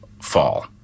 fall